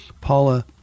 Paula